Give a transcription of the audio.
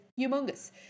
humongous